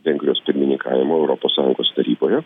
vengrijos pirmininkavimo europos sąjungos taryboje